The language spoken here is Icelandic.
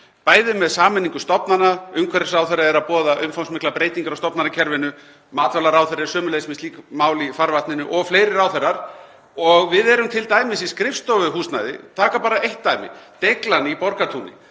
t.d. með sameiningu stofnana. Umhverfisráðherra er að boða umfangsmiklar breytingar á stofnanakerfinu, matvælaráðherra er sömuleiðis með slík mál í farvatninu og fleiri ráðherrar. Við erum t.d. í skrifstofuhúsnæði, til að taka bara eitt dæmi, sem er deiglan í Borgartúni,